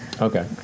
Okay